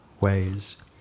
ways